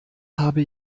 habe